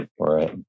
right